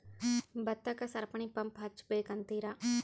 ಭತ್ತಕ್ಕ ಸರಪಣಿ ಪಂಪ್ ಹಚ್ಚಬೇಕ್ ಅಂತಿರಾ?